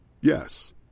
Yes